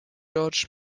georg